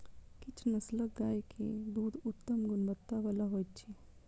किछ नस्लक गाय के दूध उत्तम गुणवत्ता बला होइत अछि